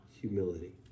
humility